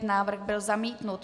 Návrh byl zamítnut.